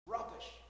Rubbish